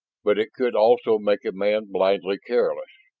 but it could also make a man blindly careless.